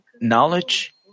knowledge